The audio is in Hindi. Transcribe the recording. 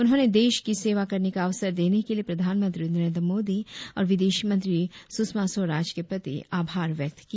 उन्होंने देश की सेवा करने का अवसर देने के लिये प्रधानमंत्री नरेन्द्र मोदी और विदेश मंत्री स्षमा स्वराज के प्रति आभार व्यक्त किया